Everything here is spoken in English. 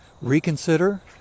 reconsider